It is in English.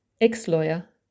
ex-lawyer